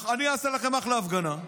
אני אעשה לכם אחלה הפגנה.